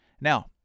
Now